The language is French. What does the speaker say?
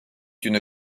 une